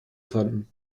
fanden